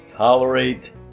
Tolerate